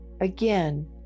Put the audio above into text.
Again